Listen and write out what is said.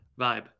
Vibe